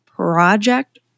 project